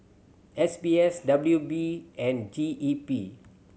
S B S W P and G E P